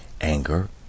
anger